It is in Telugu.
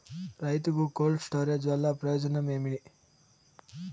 రైతుకు కోల్డ్ స్టోరేజ్ వల్ల ప్రయోజనం ఏమి?